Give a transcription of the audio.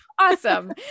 Awesome